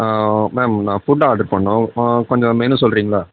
ma'am நான் food order பண்ணணும் கொஞ்சம் மெனு சொல்றீங்களா